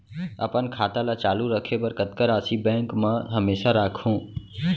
अपन खाता ल चालू रखे बर कतका राशि बैंक म हमेशा राखहूँ?